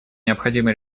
необходимо